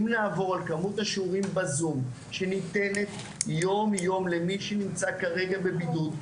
אם נעבור על כמות השיעורים בזום שניתנת יום-יום למי שנמצא כרגע בבידוד,